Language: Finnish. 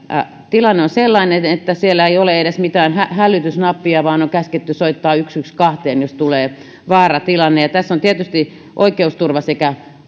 tilanne on sellainen että siellä ei ole edes mitään hälytysnappia vaan on käsketty soittamaan sataankahteentoista jos tulee vaaratilanne tässä on tietysti oikeusturva